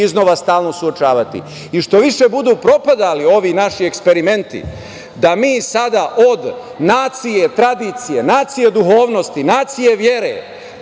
iznova stalno suočavati. Što više budu propadali ovi naši eksperimenti da mi sada od nacije, tradicije, nacije duhovnosti, nacije vere